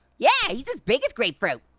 yeah, he's as big as grapefruit.